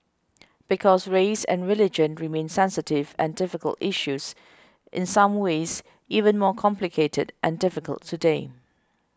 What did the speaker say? because race and religion remain sensitive and difficult issues in some ways even more complicated and difficult today